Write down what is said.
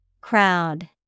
Crowd